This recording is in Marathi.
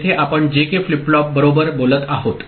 येथे आपण जेके फ्लिप फ्लॉप बरोबर बोलत आहोत